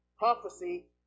prophecy